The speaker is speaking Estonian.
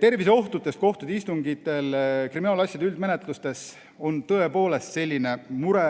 Terviseohtudest kohtute istungitel. Kriminaalasjade üldmenetlustes on tõepoolest selline mure